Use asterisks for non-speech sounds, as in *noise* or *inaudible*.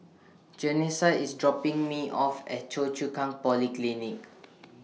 Janessa IS *noise* dropping Me off At Choa Chu Kang Polyclinic